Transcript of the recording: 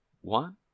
one